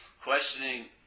questioning